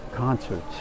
Concerts